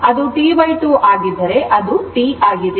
ಅದು T 2 ಆಗಿದ್ದರೆ ಅದು T ಆಗಿದೆ